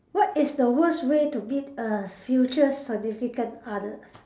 what is the worst way to meet a future significant other